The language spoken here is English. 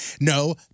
no